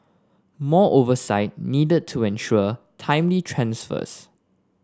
more oversight needed to ensure timely transfers